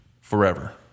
forever